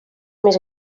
més